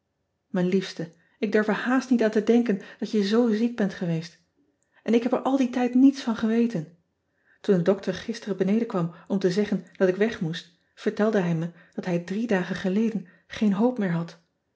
ijn liefste ik durf or haast niet aan te denken dat je zoo ziek bent geweest n ik heb er al dien tijd niets van geweten oen de dokter gisteren beneden kwam om te zeggen dat ik weg moest vertelde hij me dat hij drie dagen geleden geen hoop meer had